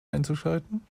einzuschalten